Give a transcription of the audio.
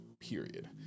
period